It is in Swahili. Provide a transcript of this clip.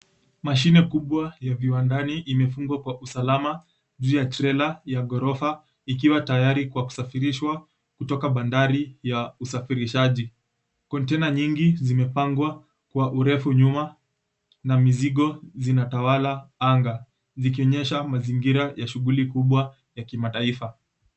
Mashine kubwa ya viwandani imefungwa kwa usalama juu ya trela ya ghorofa ikiwa tayari kwa kusafirishwa kutoka bandari ya usafirishaji. Container nyingi zimepangwa kwa urefu nyuma na mizigo zinatawala anga, zikionyesha mazingira ya shughuli kubwa ya kimataifa.